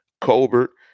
Colbert